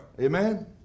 Amen